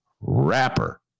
rapper